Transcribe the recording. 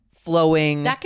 flowing